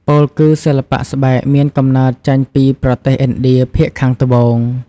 ពោលគឺសិល្បៈស្បែកមានកំណើតចេញពីប្រទេសឥណ្ឌាភាគខាងត្បូង ។